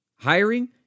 Hiring